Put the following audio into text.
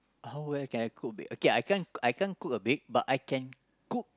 how well can I cook or bake okay I can't cook or bake but I can cook